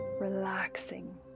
relaxing